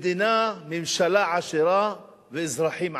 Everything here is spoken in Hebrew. מדינה, ממשלה, עשירה, ואזרחים עניים.